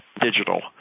digital